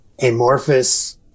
amorphous